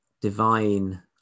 divine